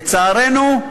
לצערנו,